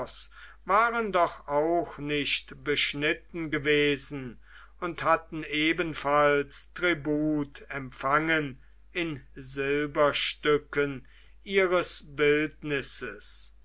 waren doch auch nicht beschnitten gewesen und hatten ebenfalls tribut empfangen in silberstücken ihres bildnisses